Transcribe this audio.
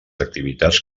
activitats